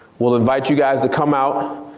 we'll invite you guys to come out.